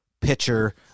pitcher